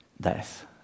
death